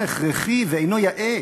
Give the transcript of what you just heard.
אינו הכרחי ואינו יאה".